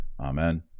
Amen